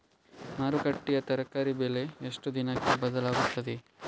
ಮಾರುಕಟ್ಟೆಯ ತರಕಾರಿ ಬೆಲೆ ಎಷ್ಟು ದಿನಕ್ಕೆ ಬದಲಾಗುತ್ತದೆ?